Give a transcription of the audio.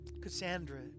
Cassandra